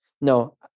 no